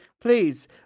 Please